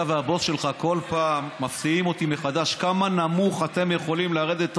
אתה והבוס שלך כל פעם מפתיעים אותי מחדש כמה נמוך אתם יכולים לרדת,